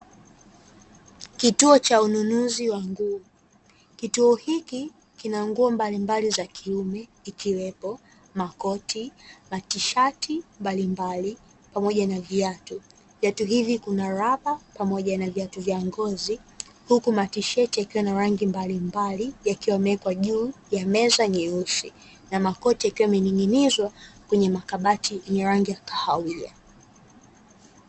Kituo cha ununuzi wa nguo, kituo hiki kina nguo mbalimbali za kiume ikiwepo makoti, matisheti mbalimbali pamoja na viatu. Viatu hivi kuna raba pamoja na viatu vya ngozi huku matisheti yakiwa na rangi mbalimbali, yakiwa yamewekwa juu ya meza nyeusi na makoti yakiwa yamening'inizwa kwenye makabati yenye rangi ya kahawia.